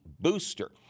booster